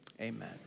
amen